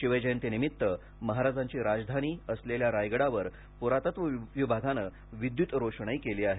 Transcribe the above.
शिवजयंती निमित्त महाराजांची राजधानी असलेल्या रायगडावर पुरातत्व विभागानं विद्युत रोषणाई केली आहे